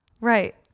Right